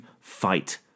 fight